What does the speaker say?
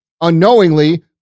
unknowingly